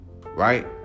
right